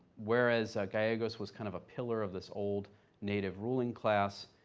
whereas gallegos was kind of a pillar of this old native ruling class,